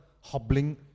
hobbling